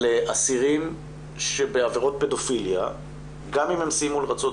אבל אסירים שבעבירות פדופיליה גם אם הם סיימו לרצות